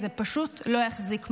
זה פשוט לא יחזיק מעמד.